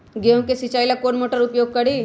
गेंहू के सिंचाई ला कौन मोटर उपयोग करी?